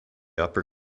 upper